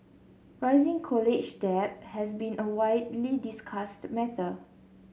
rising college debt has been a widely discussed matter